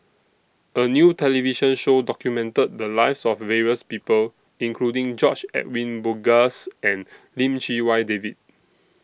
A New television Show documented The Lives of various People including George Edwin Bogaars and Lim Chee Wai David